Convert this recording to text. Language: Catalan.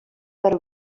per